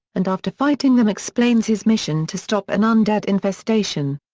and after fighting them explains his mission to stop an undead infestation.